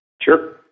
Sure